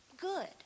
good